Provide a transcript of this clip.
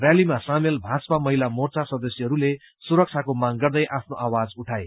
रैलीमा सामेल भाजपा महिला मोर्चा सदस्यहरूले सुरक्षाको माग गर्दै आफ्नो आवाज उठाए